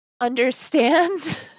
understand